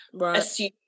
assume